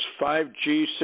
5g